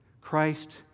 Christ